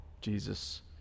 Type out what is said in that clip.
Jesus